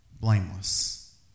blameless